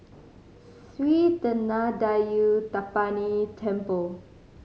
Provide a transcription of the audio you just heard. Sri Thendayuthapani Temple